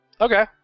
Okay